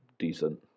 Decent